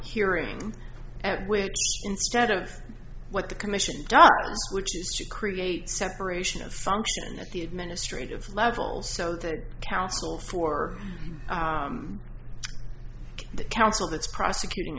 hearing at which instead of what the commission which is to create separation of function at the administrative level so that counsel for the council that's prosecuting